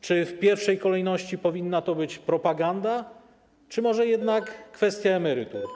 Czy w pierwszej kolejności powinna to być propaganda, czy może jednak kwestia emerytur?